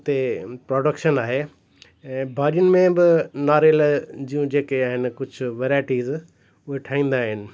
उते प्रोडक्शन आहे ऐं भाॼियुनि में बि नारियल जो जेके आहिनि कुझु वैरायटीज़ उहे ठहींदा आहिनि